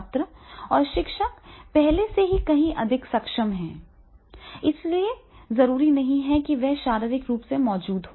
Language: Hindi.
छात्र और शिक्षक पहले से कहीं अधिक सक्षम हैं इसलिए जरूरी नहीं कि वे शारीरिक रूप से मौजूद हों